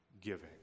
giving